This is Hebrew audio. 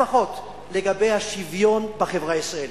לפחות לגבי השוויון בחברה הישראלית.